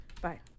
bye